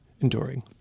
enduring